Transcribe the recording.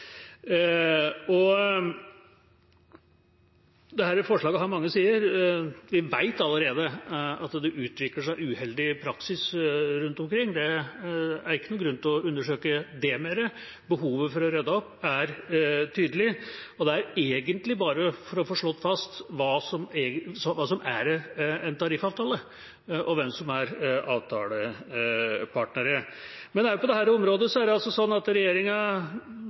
forslaget har mange sider. Vi vet allerede at det utvikler seg uheldig praksis rundt omkring, det er ikke noen grunn til å undersøke det mer. Behovet for å rydde opp er tydelig, og det er egentlig bare for å få slått fast hva som er en tariffavtale, og hvem som er avtalepartnere. Men også på dette området er det sånn at regjeringa